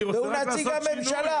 אני רק רוצה לעשות שינוי.